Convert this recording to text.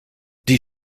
die